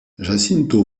jacinto